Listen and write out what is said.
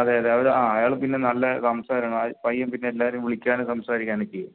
അതെ അതെ അവര് ആ അയാള് പിന്നെ നല്ല സംസാരമാണ് ആ പയ്യൻ പിന്നെ എല്ലാവരേയും വിളിക്കാനും സംസാരിക്കാനുവൊക്കെയേ